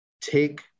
take